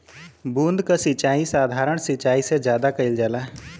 बूंद क सिचाई साधारण सिचाई से ज्यादा कईल जाला